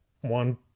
one